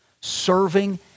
serving